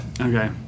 Okay